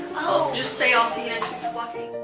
oh! just say, i'll see you next